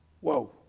Whoa